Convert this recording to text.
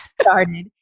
started